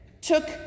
took